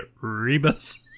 Rebus